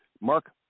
Mark